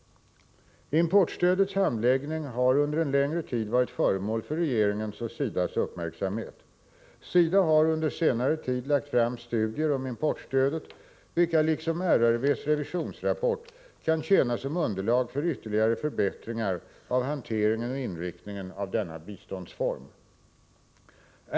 Importstödets handläggning har under en längre tid varit föremål för regeringens och SIDA:s uppmärksmhet. SIDA har under senare tid lagt fram studier om importstödet vilka liksom RRV:s revisionsrapport kan tjäna som underlag för ytterligare förbättringar av hanteringen och inriktningen av denna biståndsform.